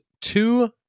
two